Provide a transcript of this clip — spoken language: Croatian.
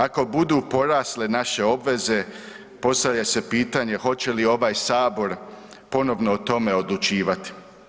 Ako budu porasle naše obveze postavlja se pitanje hoće li ovaj sabor ponovno o tome odlučivati?